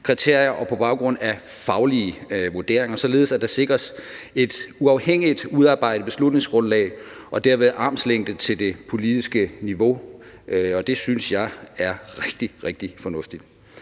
kriterier og på baggrund af faglige vurderinger, således at der sikres et uafhængigt udarbejdet beslutningsgrundlag og derved armslængde til det politiske niveau. Og det synes jeg er rigtig, rigtig fornuftigt.